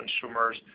consumers